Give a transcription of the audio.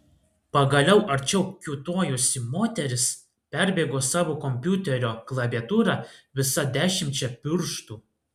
pagaliau arčiau kiūtojusi moteris perbėgo savo kompiuterio klaviatūrą visa dešimčia pirštų